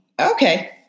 okay